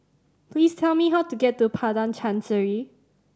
please tell me how to get to Padang Chancery